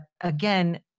again